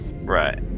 Right